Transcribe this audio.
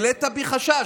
העלית בי חשש.